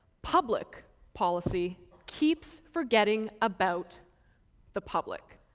public policy keeps forgetting about the public.